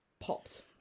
Popped